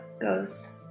goes